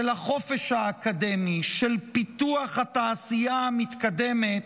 של החופש האקדמי, של פיתוח התעשייה המתקדמת,